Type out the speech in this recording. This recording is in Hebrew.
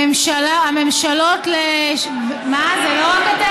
הממשלות, לא רק אנחנו.